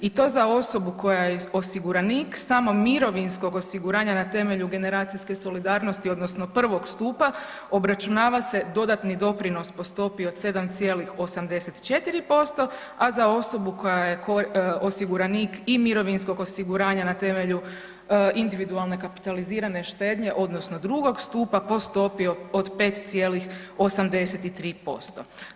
I to za osobu koja je osiguranik samo mirovinskog osiguranja na temelju generacijske solidarnosti odnosno prvo stupa obračunava se dodatni doprinos po stopi od 7,84%, a za osobu koja je osiguranik i mirovinskog osiguranja na temelju individualne kapitalizirane štednje odnosno drugog stupa po stopi od 5,83%